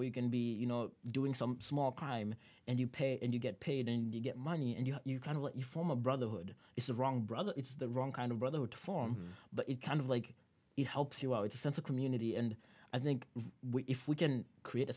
or you can be you know doing some small crime and you pay and you get paid and you get money and you know you kind of what you form a brotherhood it's the wrong brother it's the wrong kind of brother to form but it kind of like it helps you out it's a sense of community and i think if we can create a